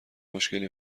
مشکلی